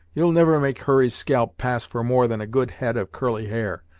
you'll niver make hurry's scalp pass for more than a good head of curly hair,